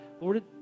Lord